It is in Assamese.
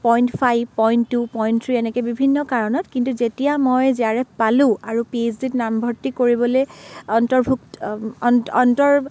point five point two point three এনেকৈ বিভিন্ন কাৰণত কিন্তু যেতিয়া মই জে আৰ এফ পালোঁ আৰু পি এইচ ডিত নামভৰ্তি কৰিবলৈ অন্তৰ্ভুক্ অন অন্তৰ